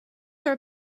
are